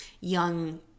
young